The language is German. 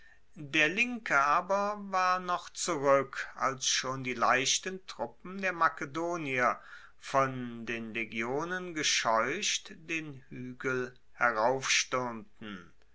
der linke aber war noch zurueck als schon die leichten truppen der makedonier von den legionen gescheucht den huegel